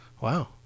Wow